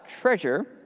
treasure